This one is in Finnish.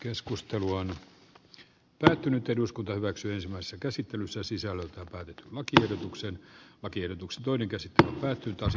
keskustelu on päättynyt eduskunta hyväksyy samassa käsittelyssä sisällöltään vaadi lakiehdotuksen lakiehdotukset joiden käsittely tähän päästökauppaan